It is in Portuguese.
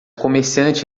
comerciante